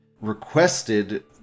requested